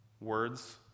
Words